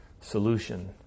solution